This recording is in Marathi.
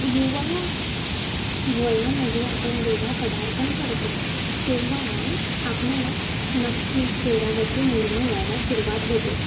युवा वयामध्ये आपण जेव्हा पदार्पण करतो तेव्हा आपल्याला नक्कीच चेहऱ्यावरती मुरुमं यायला सुरुवात होते